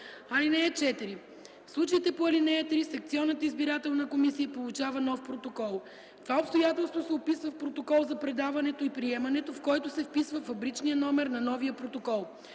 ал. 3. (4) В случаите по ал. 3 секционната избирателна комисия получава нов протокол. Това обстоятелство се описва в протокол за предаването и приемането, в който се вписва фабричният номер на новия протокол.